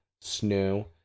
snow